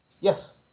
Yes